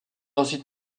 ensuite